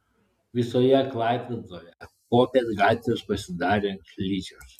visoje klaipėdoje popiet gatvės pasidarė slidžios